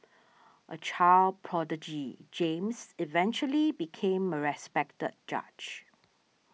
a child prodigy James eventually became a respected judge